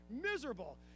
Miserable